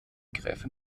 gräfin